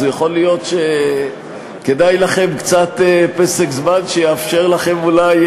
אז יכול להיות שכדאי לכם קצת פסק-זמן שיאפשר לכם אולי